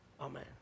amen